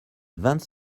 vingt